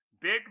Big